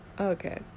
Okay